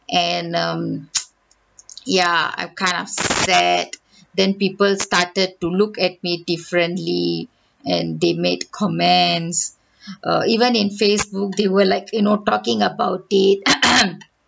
and um yeah I'm kind of sad then people started to look at me differently and they made comments err even in facebook they will like you know talking about it